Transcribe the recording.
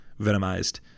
Venomized